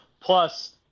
plus